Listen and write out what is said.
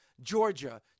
Georgia